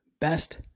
best